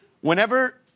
whenever